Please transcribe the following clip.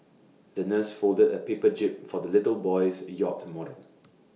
the nurse folded A paper jib for the little boy's yacht model